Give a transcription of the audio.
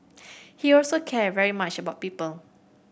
he also cared very much about people